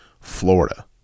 Florida